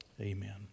Amen